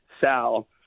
Sal